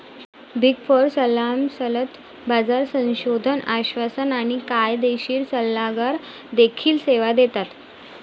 big four सल्लामसलत, बाजार संशोधन, आश्वासन आणि कायदेशीर सल्लागार देखील सेवा देतात